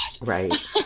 right